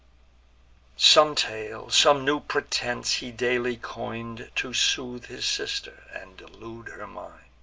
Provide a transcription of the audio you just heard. some tale, some new pretense, he daily coin'd, to soothe his sister, and delude her mind.